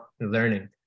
learning